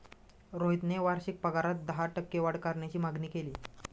रोहितने वार्षिक पगारात दहा टक्के वाढ करण्याची मागणी केली